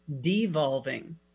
devolving